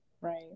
Right